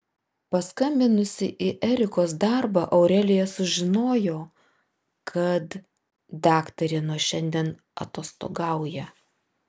paskambinusi į erikos darbą aurelija sužinojo kad daktarė nuo šiandien atostogauja